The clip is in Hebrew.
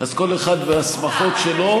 אז כל אחד והשמחות שלו,